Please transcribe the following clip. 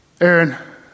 Aaron